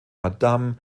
madame